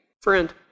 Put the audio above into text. friend